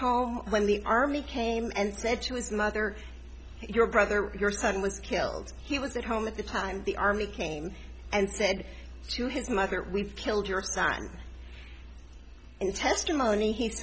home when the army came and said to his mother your brother your son was killed he was at home at the time the army came and said to his mother we've killed your son in testimony he